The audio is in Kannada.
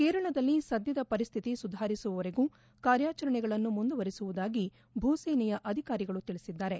ಕೇರಳದಲ್ಲಿ ಸದ್ದದ ಪರಿಸ್ಥಿತಿ ಸುಧಾರಿಸುವವರೆಗೂ ಕಾರ್ಯಾಚರಣೆಗಳನ್ನು ಮುಂದುವರೆಸುವುದಾಗಿ ಭೂಸೇನೆಯ ಅಧಿಕಾರಿಗಳು ತಿಳಿಸಿದ್ದಾರೆ